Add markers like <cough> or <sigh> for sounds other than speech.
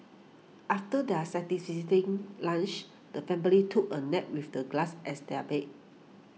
after their <unintelligible> lunch the family took a nap with the grass as their bed